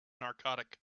narcotic